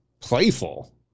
playful